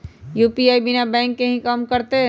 UPI बिना bank के भी कम करतै?